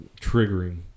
triggering